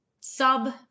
sub